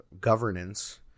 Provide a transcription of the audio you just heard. governance